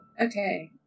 okay